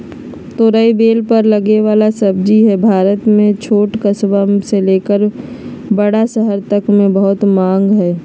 तोरई बेल पर लगे वला सब्जी हई, भारत में छोट कस्बा से लेकर बड़ा शहर तक मे बहुत मांग हई